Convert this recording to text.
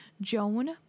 Joan